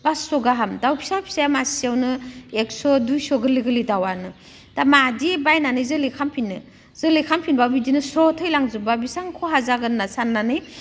फास्स' गाहाम दाउ फिसा फिसा मासेयावनो एकस' दुइस' गोरलै गोरलै दाउवानो दा माबायदि बायनानै जोलै खालामफिननो जोलै खालामफिनबाबो बिदिनो स्र' थैलांजोबबा बेसेबां खहा जागोन होनना साननानै